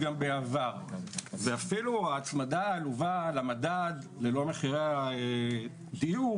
אפילו ההצמדה העלובה למדד ללא מחירי הדיור,